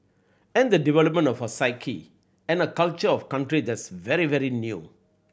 and the development of a psyche and culture of country that's very very new